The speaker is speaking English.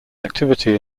activity